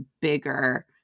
bigger